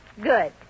Good